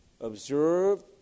Observe